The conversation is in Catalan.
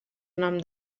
nom